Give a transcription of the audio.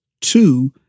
Two